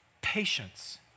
Patience